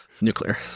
nuclear